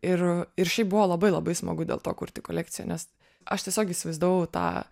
ir ir šiaip buvo labai labai smagu dėl to kurti kolekciją nes aš tiesiog įsivaizdavau tą